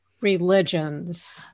religions